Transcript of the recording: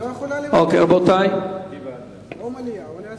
או מליאה או להסיר.